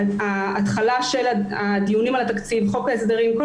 ההתחלה של הדיונים על התקציב וחוק ההסדרים כל